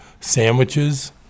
sandwiches